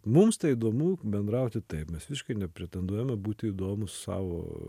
mums tai įdomu bendrauti taip mes visiškai nepretenduojame būti įdomūs savo